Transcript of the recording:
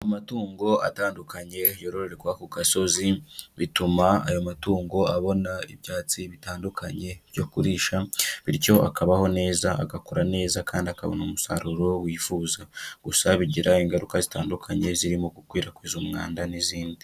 Amatungo atandukanye yororerwa ku gasozi bituma ayo matungo abona ibyatsi bitandukanye byo kurisha, bityo akabaho neza, agakura neza kandi akabona umusaruro wifuzwa, gusa bigira ingaruka zitandukanye zirimo gukwirakwiza umwanda n'izindi.